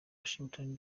washington